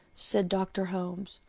said dr. holmes,